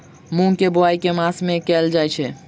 मूँग केँ बोवाई केँ मास मे कैल जाएँ छैय?